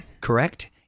correct